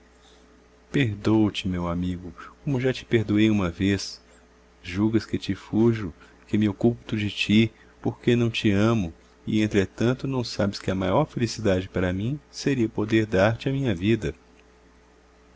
perdôo-te meu amigo como já te perdoei uma vez julgas que te fujo que me oculto de ti porque não te amo e entretanto não sabes que a maior felicidade para mim seria poder dar-te a minha vida